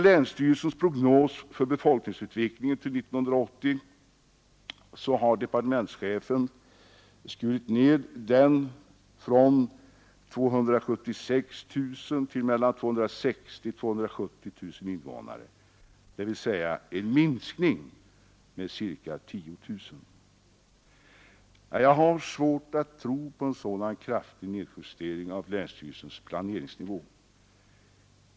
Länsstyrelsens prognos för befolkningsutvecklingen till 1980 har av departementschefen skurits ned från 276 000 till mellan 260 000 och 270 000 invånare, dvs. minskats med cirka 10 000. Jag har svårt att tro på en sådan kraftig nedjustering av länsstyrelsens planeringsnivå.